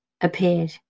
appeared